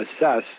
assess